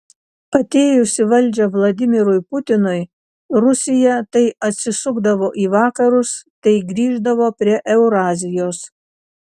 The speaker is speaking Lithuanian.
atėjus į valdžią vladimirui putinui rusija tai atsisukdavo į vakarus tai grįždavo prie eurazijos